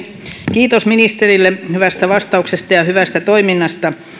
kiitos ministerille hyvästä vastauksesta ja hyvästä toiminnasta